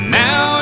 now